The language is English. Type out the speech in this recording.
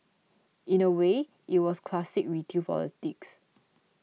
in a way it was classic retail politics